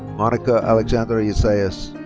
monika alexandra yeah zayas.